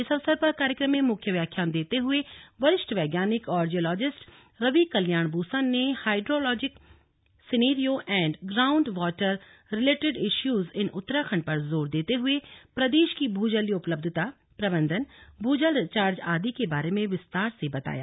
इस अवसर पर कार्यक्रम में मुख्य व्याख्यान देते हए वरिष्ठ वैज्ञानिक और जियोलॉजीस्ट रवि कल्याण बूसा ने hydrologic scenario and ground water related issues in Uttarakhand पर जोर देते हुए प्रदेश की भूजलीय उपलब्यता प्रबंधन भूजल रिचार्ज आदि के बारे में विस्तार से बताया